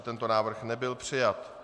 Tento návrh nebyl přijat.